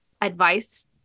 advice